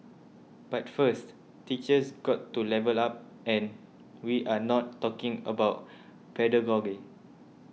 but first teachers got to level up and we are not talking about pedagogy